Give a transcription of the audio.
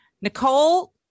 Nicole